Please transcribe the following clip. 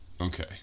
Okay